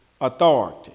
authority